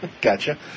gotcha